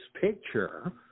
picture